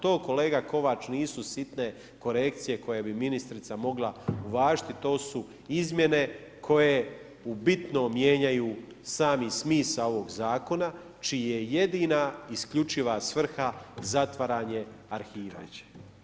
To kolega Kovač nisu sitne korekcije koji bi ministrica mogla uvažiti, to su izmjene koje u bitnom mijenjaju sami smisao ovog Zakona čija je jedina isključiva svrha zatvaranje arhiva.